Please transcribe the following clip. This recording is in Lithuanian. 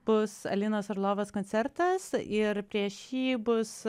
bus alinos orlovos koncertas ir prieš jį bus